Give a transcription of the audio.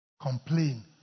Complain